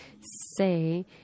say